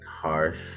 harsh